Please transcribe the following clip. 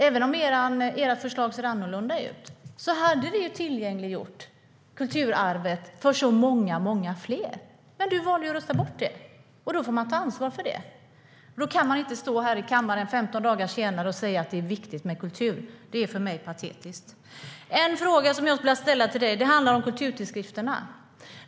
Även om ert förslag ser annorlunda ut hade det tillgängliggjort kulturarvet för så många fler. Men du valde att rösta bort det, och då får du ta ansvar för det. Då kan du inte stå här i kammaren 15 dagar senare och säga att det är viktigt med kultur. Det är för mig patetiskt. En fråga som jag skulle vilja ställa till dig handlar om kulturtidskrifterna.